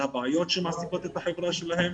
על הבעיות שמעסיקות את החברה שלהם,